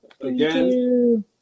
again